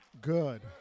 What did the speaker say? good